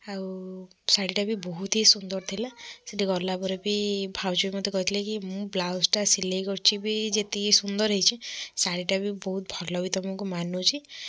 ଆଉ ଶାଢ଼ୀଟା ବି ବହୁତ ହି ସୁନ୍ଦର ଥିଲା ସେଠି ଗଲା ପରେ ବି ଭାଉଜ ମୋତେ କହିଥିଲେ କି ମୁଁ ବ୍ଲାଉଜ୍ଟା ସିଲେଇ କରିଛି ବି ଯେତିକି ସୁନ୍ଦର ହେଇଛି ଶାଢ଼ୀ ଟା ବି ବହୁତ ଭଲ ବି ତମକୁ ମାନୁଛି ଆଉ